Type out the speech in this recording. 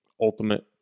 Ultimate